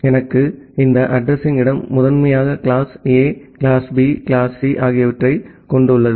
எனவே இந்த அட்ரஸிங் இடம் முதன்மையாக கிளாஸ்ஏ கிளாஸ்பி கிளாஸ்சி ஆகியவற்றைக் கொண்டுள்ளது